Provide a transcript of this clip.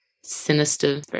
sinister